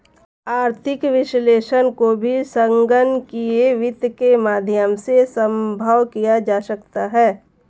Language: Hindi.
आर्थिक विश्लेषण को भी संगणकीय वित्त के माध्यम से सम्भव किया जा सकता है